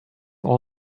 all